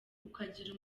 ukagira